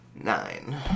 Nine